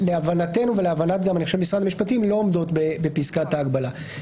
ולהבנתנו ואני חושב שגם להבנת משרד המשפטים לא עומדות בפסקת ההגבלה.